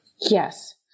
Yes